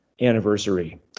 anniversary